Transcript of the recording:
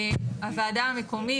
הוועדה המקומית,